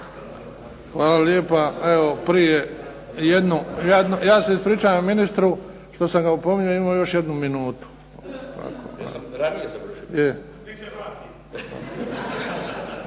Hvala lijepa. Evo prije jednu, ja se ispričavam ministru što sam ga opominjao, imao je još jednu minutu. **Milinović, Darko